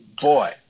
Boy